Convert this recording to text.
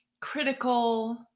critical